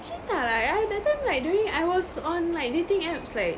cinta like I that time like during I was on like dating apps like